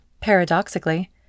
Paradoxically